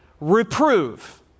reprove